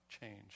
change